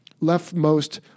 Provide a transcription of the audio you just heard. leftmost